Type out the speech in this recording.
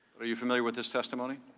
are you familiar with his testimony?